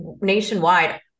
nationwide